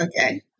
Okay